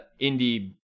indie